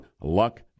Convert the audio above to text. luck